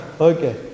Okay